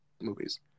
movies